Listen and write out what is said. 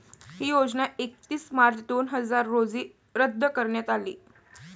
ही योजना एकतीस मार्च दोन हजार रोजी रद्द करण्यात आली